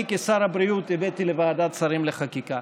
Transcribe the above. כשר הבריאות הבאתי לוועדת השרים לחקיקה.